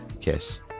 Kiss